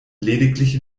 lediglich